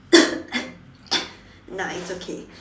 nice okay